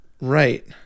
Right